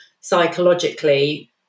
psychologically